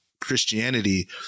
Christianity